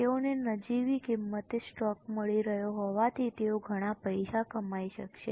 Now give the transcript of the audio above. તેઓને નજીવી કિંમતે સ્ટોક મળી રહ્યો હોવાથી તેઓ ઘણા પૈસા કમાઈ શકશે